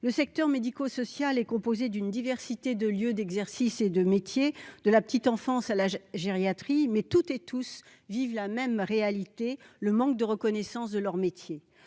Le secteur médico-social est composé d'une diversité de lieux d'exercice et de métiers, de la petite enfance à la gériatrie, mais toutes et tous vivent la même réalité : le manque de reconnaissance de leur métier.